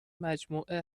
مجموعه